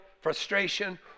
frustration